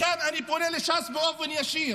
כאן אני פונה לש"ס באופן ישיר: